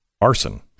arson